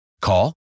Call